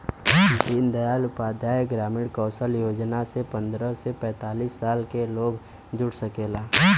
दीन दयाल उपाध्याय ग्रामीण कौशल योजना से पंद्रह से पैतींस साल क लोग जुड़ सकला